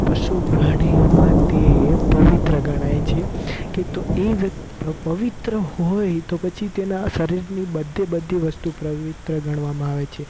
પશુ પ્રાણીઓમાં તે પવિત્ર ગણાય છે કે તો એ પવિત્ર હોય તો પછી તેના શરીરની બધે બધી વસ્તુ પવિત્ર ગણવામાં આવે છે